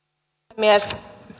puhemies